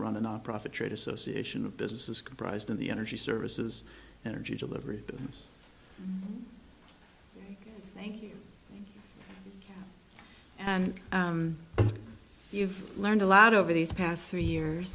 run a nonprofit trade association of businesses comprised of the energy services energy delivery thank you and you've learned a lot over these past three years